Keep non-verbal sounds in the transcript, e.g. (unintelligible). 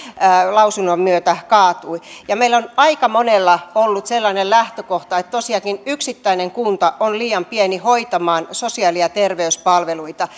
lausunnon myötä kaatui meillä on aika monella ollut sellainen lähtökohta että tosiaankin yksittäinen kunta on liian pieni hoitamaan sosiaali ja terveyspalveluita (unintelligible)